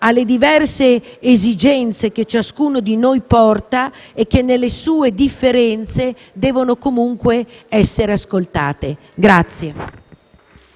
alle diverse esigenze che ciascuno di noi porta e che, nelle loro differenze, devono comunque essere ascoltate.